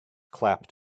clapped